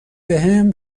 بهم